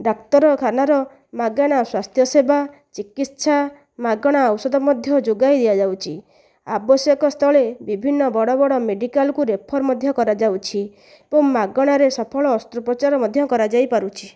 ଡାକ୍ତରଖାନାର ମାଗଣା ସ୍ୱାସ୍ଥ୍ୟସେବା ଚିକିତ୍ସା ମାଗଣା ଔଷଧ ମଧ୍ୟ ଯୋଗାଇ ଦିଆଯାଉଛି ଆବଶ୍ୟକ ସ୍ଥଳେ ବିଭିନ୍ନ ବଡ଼ ବଡ଼ ମେଡ଼ିକାଲକୁ ରେଫର ମଧ୍ୟ କରାଯାଉଛି ଏବଂ ମାଗଣାରେ ସଫଳ ଅସ୍ତ୍ରାପଚାର ମଧ୍ୟ କରାଯାଇ ପାରୁଛି